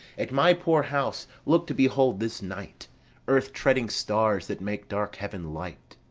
at my poor house look to behold this night earth-treading stars that make dark heaven light.